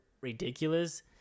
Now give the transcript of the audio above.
ridiculous